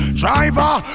driver